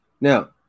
Now